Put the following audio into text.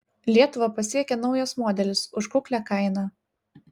lietuvą pasiekė naujas modelis už kuklią kainą